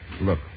Look